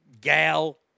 gal